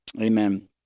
amen